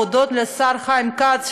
הודות לשר חיים כץ,